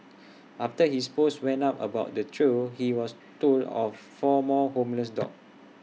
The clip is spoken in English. after his post went up about the trio he was told of four more homeless dogs